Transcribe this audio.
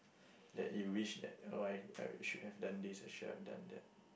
that you wished that oh I shouldn't have done this I shouldn't have done that